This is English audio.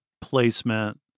placement